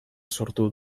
sortu